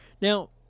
Now